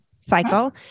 cycle